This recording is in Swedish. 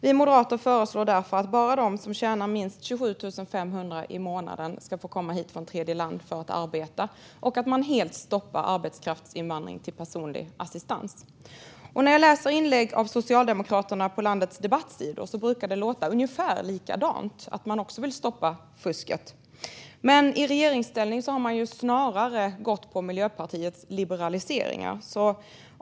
Vi moderater föreslår därför att bara de som tjänar minst 27 500 i månaden ska få komma hit från tredjeland för att arbeta och att man helt stoppar arbetskraftsinvandring till personlig assistans. I inlägg av socialdemokrater på landets debattsidor brukar det låta ungefär likadant - man vill också stoppa fusket. Men i regeringsställning har man snarare gått på Miljöpartiets liberaliseringar.